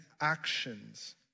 actions